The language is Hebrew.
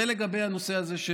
זה לגבי הנושא הזה.